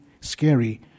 scary